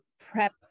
prep